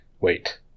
wait